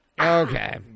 Okay